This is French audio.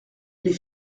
les